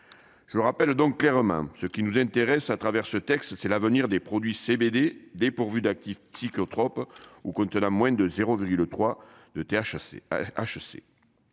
le rappelle, donc, clairement, ce qui nous intéresse à travers ce texte, c'est l'avenir des produits CBD dépourvue d'actifs psychotrope ou contenant moins de 0 virgule